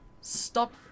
stop-